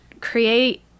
create